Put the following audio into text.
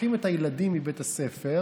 לוקחים את הילדים מבית הספר,